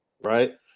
right